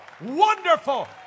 wonderful